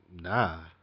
Nah